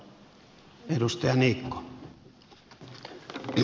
arvoisa puhemies